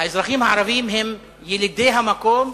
האזרחים הערבים הם ילידי המקום,